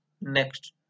Next